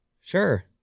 Sure